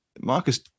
Marcus